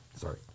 sorry